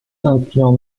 incluant